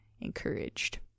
encouraged